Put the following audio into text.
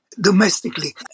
domestically